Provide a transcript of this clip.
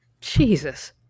Jesus